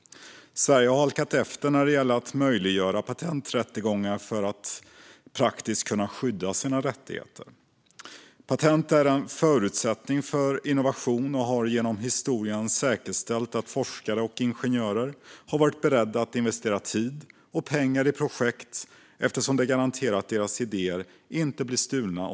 Sverige har halkat efter när det gäller att möjliggöra patenträttegångar för att praktiskt kunna skydda sina rättigheter. Patent är en förutsättning för innovation och har genom historien säkerställt att forskare och ingenjörer har varit beredda att investera tid och pengar i projekt eftersom patent garanterar att deras idéer inte omgående blir stulna.